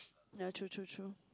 yeah true true true